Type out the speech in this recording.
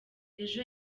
ejo